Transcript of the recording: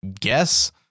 guess